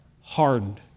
Hardened